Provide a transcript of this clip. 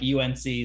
UNC's